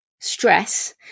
stress